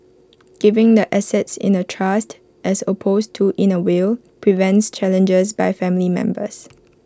giving the assets in A trust as opposed to in A will prevents challenges by family members